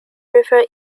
river